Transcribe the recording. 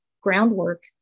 groundwork